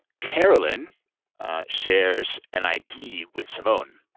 carolyn shares an id with simone.